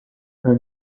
her